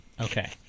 Okay